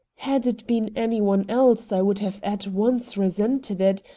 had it been any one else i would have at once resented it,